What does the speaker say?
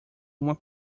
uma